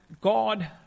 God